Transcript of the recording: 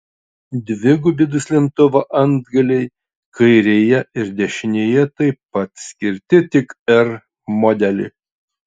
dvigubi duslintuvo antgaliai kairėje ir dešinėje taip pat skirti tik r modeliui